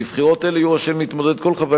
בבחירות אלו יהיו רשאים להתמודד כל חברי